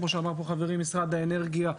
כמו שאמר כאן חברי במשרד האנרגיה.